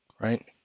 right